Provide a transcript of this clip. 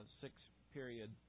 six-period